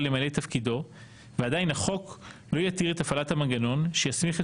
למלא את תפקידו ועדיין החוק לא יתיר את הפעלת המנגנון שיסמיך את